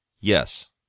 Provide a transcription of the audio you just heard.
Yes